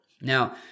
Now